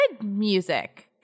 music